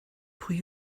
pwy